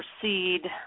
proceed